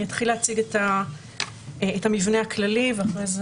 אני אתחיל להציג את המבנה הכללי ואחרי זה